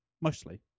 Mostly